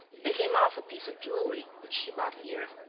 they came off a piece of jewelry which she bought here.